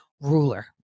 ruler